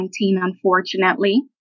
unfortunately